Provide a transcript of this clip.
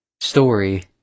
story